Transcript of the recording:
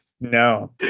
no